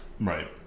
Right